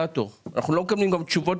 אלא כמה ילדים אנחנו מצילים.